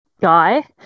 guy